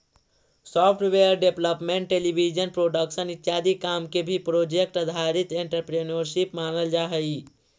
software development television production इत्यादि काम के भी प्रोजेक्ट आधारित एंटरप्रेन्योरशिप मानल जा हई